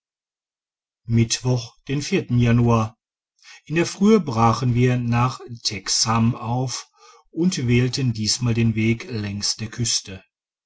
mittwoch den januar in der frühe brachen wir nach teksham auf und wählten diesmal den weg längst der küste